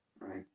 right